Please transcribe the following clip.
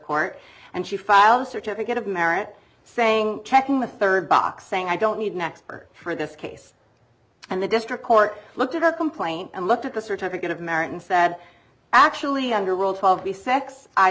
court and she filed a certificate of merit saying check in with third box saying i don't need an expert for this case and the district court looked at her complaint and looked at the certificate of merit and said actually underworld twelve